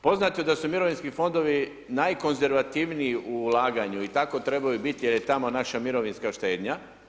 Poznato je da su mirovinski fondovi najkonzervativniji u ulaganju i tako trebaju biti jer je tamo naša mirovinska štednja.